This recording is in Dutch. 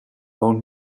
woont